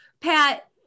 Pat